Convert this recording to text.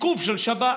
איכון של שב"כ.